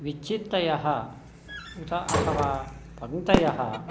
विच्चित्तयः उत अथवा पङ्क्तयः